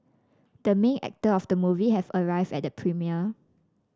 the main actor of the movie have arrived at the premiere